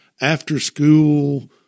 after-school